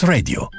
Radio